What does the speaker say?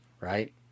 right